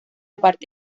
parte